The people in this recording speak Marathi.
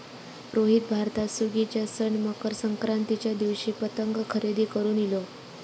रोहित भारतात सुगीच्या सण मकर संक्रांतीच्या दिवशी पतंग खरेदी करून इलो